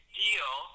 deal